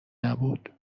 نبود